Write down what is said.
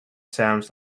sounds